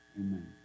Amen